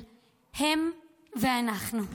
"הם" ו"אנחנו".